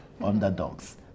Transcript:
underdogs